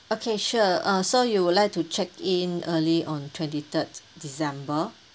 okay sure uh so you would like to check-in early on twenty third december